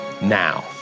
now